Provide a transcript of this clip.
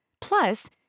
Plus